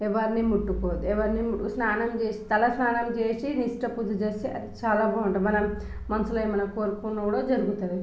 ఎవరినీ ముట్టుకోవద్దు ఎవరినీ ము స్నానం చేసి తల స్నానం చేసి నిష్ట పూజ చేస్తే అది చాలా బాగుంటుంది మనం మనసులో ఏమన్నా కోరుకున్నా కూడా జరుగుతుంది